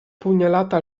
pugnalata